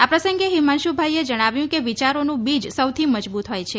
આ પ્રસંગે હિમાંશુભાઈ એ જણાવ્યું હતુંકે વિયારોનું બીજ સૌથી મજબૂત હોય છે